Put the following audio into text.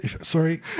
Sorry